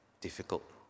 difficult